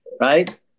right